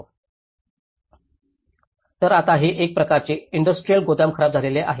तर आता हे एक प्रकारचे इंडस्ट्रियल गोदाम खराब झाले आहे